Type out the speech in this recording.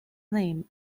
name